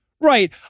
Right